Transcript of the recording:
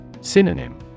Synonym